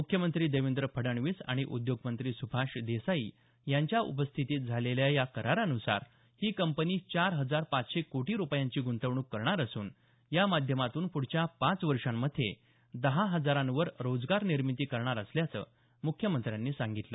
मुख्यमंत्री देवेंद्र फडणवीस आणि उद्योगमंत्री सुभाष देसाई यांच्या उपस्थितीत झालेल्या या करारानुसार ही कंपनी चार हजार पाचशे कोटी रूपयांची गृंतवणूक करणार असून या माध्यमातून पुढच्या पाच वर्षांमध्ये दहा हजारांवर रोजगारनिर्मिती करणार असल्याचं मुख्यमंत्र्यांनी सांगितलं